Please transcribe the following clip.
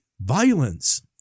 violence